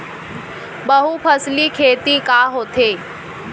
बहुफसली खेती का होथे?